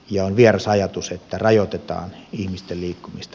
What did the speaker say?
on vieras ajatus että rajoitetaan ihmisten liikkumista